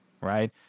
right